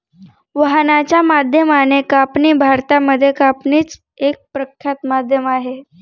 वाहनाच्या माध्यमाने कापणी भारतामध्ये कापणीच एक प्रख्यात माध्यम आहे